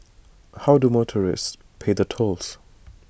how do motorists pay the tolls